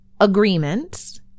agreements